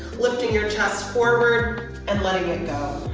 lifting your chest forward and letting it go.